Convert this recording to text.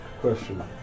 Question